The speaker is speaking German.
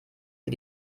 wie